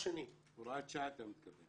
הוראת שעה, אתה מתכוון.